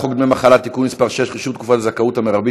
אנחנו נפנה לזמרת אחינועם ניני שתזמין אותך לקונצרט הבא שלה.